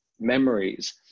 memories